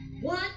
one